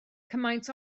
cymaint